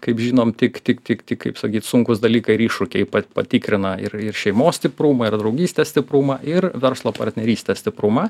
kaip žinom tik tik tik tik kaip sakyt sunkūs dalykai ir iššūkiai patikrina ir ir šeimos stiprumą ir draugystės stiprumą ir verslo partnerystės stiprumą